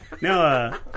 No